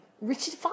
Richard